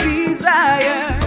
desire